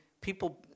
people